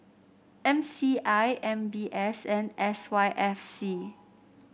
M C I M B S and S Y F C